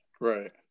Right